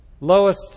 Lowest